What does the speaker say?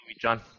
John